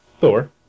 Thor